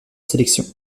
sélection